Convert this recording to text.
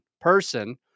person